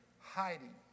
hiding